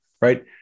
right